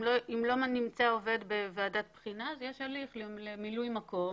אם לא נמצא עובד בוועדת בחינה אז יש הליך למילוי מקום